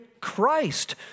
Christ